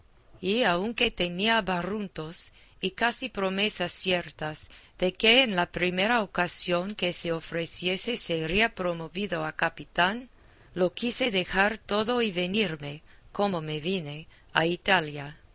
y aunque tenía barruntos y casi promesas ciertas de que en la primera ocasión que se ofreciese sería promovido a capitán lo quise dejar todo y venirme como me vine a italia